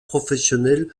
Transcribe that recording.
professionnel